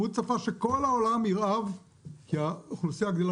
הוא צפה שכל העולם ירעב כי האוכלוסייה גדלה